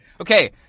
Okay